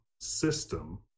system